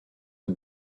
the